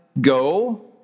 Go